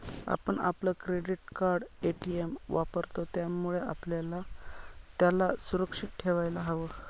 आपण आपलं credit card, ATM वापरतो, त्यामुळे आपल्याला त्याला सुरक्षित ठेवायला हव